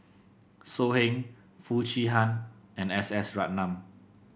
So Heng Foo Chee Han and S S Ratnam